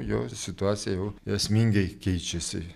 jo situacija jau esmingai keičiasi